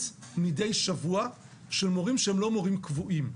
מדי שבוע של מורים שהם לא מורים קבועים.